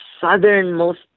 southernmost